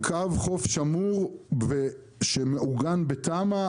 קו חוף שמור שמעוגן בתמ"א,